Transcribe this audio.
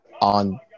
on